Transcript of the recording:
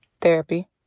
Therapy